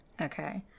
okay